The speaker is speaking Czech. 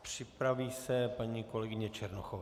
Připraví se paní kolegyně Černochová.